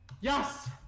Yes